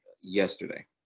yesterday